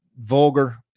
vulgar